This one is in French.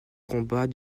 combat